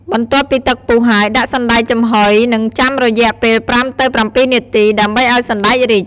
បន្ទាប់ពីទឹកពុះហើយ ដាក់សណ្តែកចំហុយ និងចាំរយៈពេល ៥ទៅ៧ នាទី ដើម្បីឱ្យសណ្តែករីក។